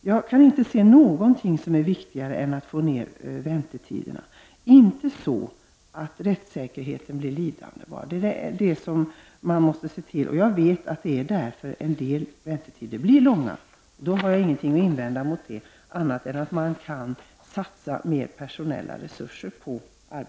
Jag kan inte finna att någonting är viktigare än att få ned dessa väntetider. Det skall inte ske på bekostnad av rättssäkerheten. Jag vet att det beror på rättssäkerhetskraven att väntetiderna i en del fall blir långa, och då har jag ingenting att invända. Men vi bör satsa större personella resurser på detta arbete.